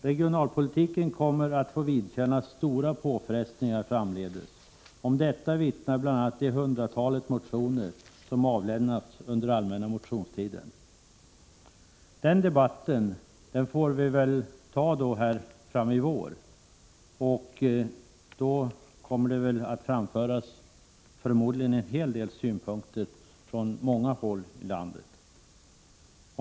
Regionalpolitiken kommer att få vidkännas stora påfrestningar framdeles. Om detta vittnar bl.a. det hundratal motioner som avlämnats under allmänna motionstiden. Men den debatten får vi ta längre fram i vår, och då kommer det väl att framföras en hel del synpunkter från många håll i landet.